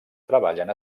treballen